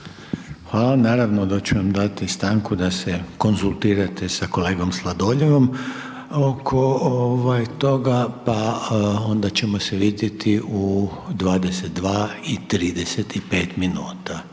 (HDZ)** Naravno da ću vam dati stanku da se konzultirate sa kolegom Sladoljevom oko toga, pa onda ćemo se vidjeti u 22:35 minuta.